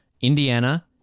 Indiana